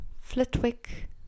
Flitwick